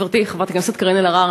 חברתי חברת הכנסת קארין אלהרר,